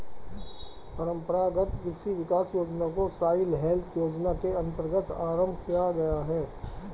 परंपरागत कृषि विकास योजना को सॉइल हेल्थ योजना के अंतर्गत आरंभ किया गया है